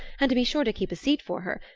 and to be sure to keep a seat for her,